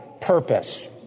purpose